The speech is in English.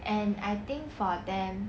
and I think for them